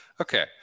Okay